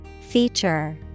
Feature